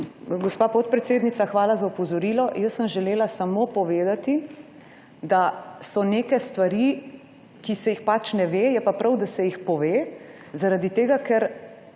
Gospa podpredsednica, hvala za opozorilo. Jaz sem želela samo povedati, da so neke stvari, ki se jih ne ve, je pa prav, da se jih pove, ker